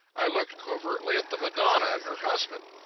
i looked covertly at the madonna and her husband.